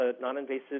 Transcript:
non-invasive